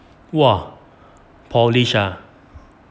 !wah! polish ah